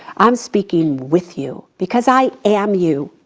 i'm speaking with you. because i am you.